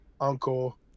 uncle